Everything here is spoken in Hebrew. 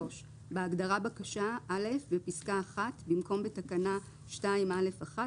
בהגדרה "בקשה" - בפסקה (1), במקום "בתקנה 2(א)(1)"